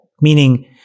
Meaning